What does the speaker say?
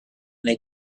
they